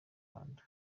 rwanda